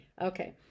Okay